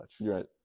right